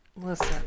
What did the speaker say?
Listen